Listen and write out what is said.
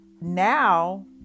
now